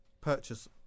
Purchase